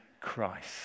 Christ